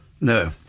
No